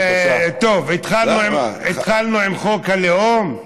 טוב, התחלנו עם חוק הלאום.